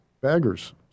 baggers